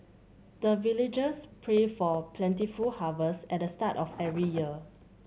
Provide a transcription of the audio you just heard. the villagers pray for plentiful harvest at the start of every year